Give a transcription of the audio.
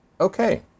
okay